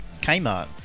kmart